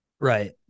right